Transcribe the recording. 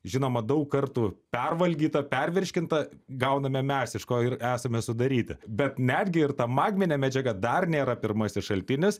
žinoma daug kartų pervalgytą pervirškintą gauname mes iš ko ir esame sudaryti bet netgi ir ta magminė medžiaga dar nėra pirmasis šaltinis